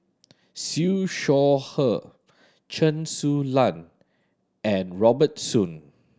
Siew Shaw Her Chen Su Lan and Robert Soon